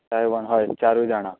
कळें तुका हय चारूय जाणां